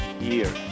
year